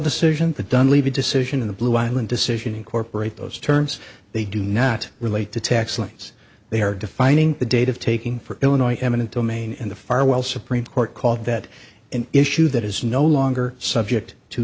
decision that done leave the decision in the blue island decision incorporate those terms they do not relate to tax liens they are defining the date of taking for illinois eminent domain and the farwell supreme court called that an issue that is no longer subject to